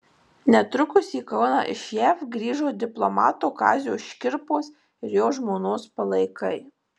netrukus į kauną iš jav grįžo diplomato kazio škirpos ir jo žmonos palaikai